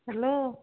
hello